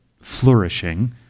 flourishing